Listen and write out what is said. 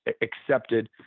accepted